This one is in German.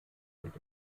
und